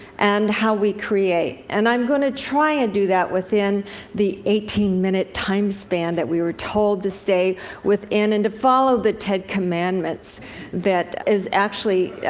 and how we create. and i'm gonna try and do that within the eighteen minute time span that we were told to stay within, and to follow the ted commandments that is, actually,